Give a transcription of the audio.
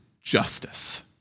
justice